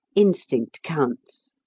instinct counts.